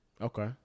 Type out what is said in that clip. okay